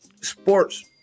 sports